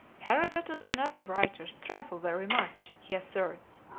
herodotus and other writers trifle very much, he asserts,